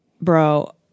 bro